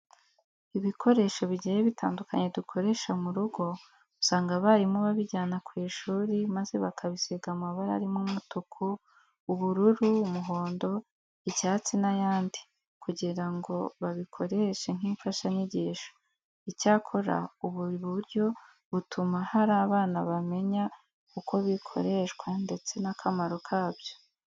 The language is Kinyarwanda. Ibikoresho bigiye bitandukanye dukoresha mu rugo, usanga abarimu babijyana ku ishuri maze bakabisiga amabara arimo umutuku, ubururu, umuhondo, icyatsi n'ayandi kugira ngo babikoreshe nk'imfashanyigisho. Icyakora ubu buryo butuma hari abana bamenya uko bikoreshwa ndetse n'akamaro kabyo.